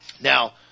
Now